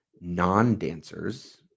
non-dancers